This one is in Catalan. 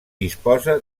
disposa